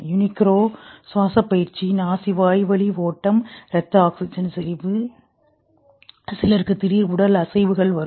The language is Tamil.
யுனிக்ரோ சுவாச முயற்சி நாசி வாய்வழி ஓட்டம் இரத்த ஆக்ஸிஜன் செறிவு சிலருக்கு திடீர் உடல் அசைவுகள் வரும்